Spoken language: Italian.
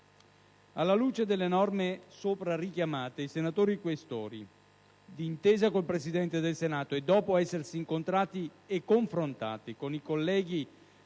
Alla luce delle norme sopra richiamate, i senatori Questori, d'intesa con il Presidente del Senato, e dopo essersi incontrati e confrontati con i colleghi